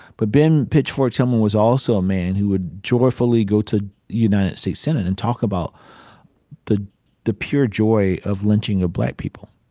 but ben pitchfork tillman was also a man who would joyfully go to united states senate and talk about the the pure joy of lynching of black people.